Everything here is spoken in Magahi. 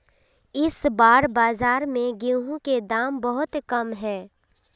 इस बार बाजार में गेंहू के दाम बहुत कम है?